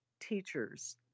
teachers